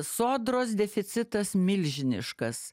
sodros deficitas milžiniškas